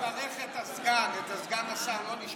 לברך את סגן השר, לא לשכוח.